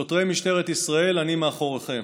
שוטרי משטרת ישראל, אני מאחוריכם.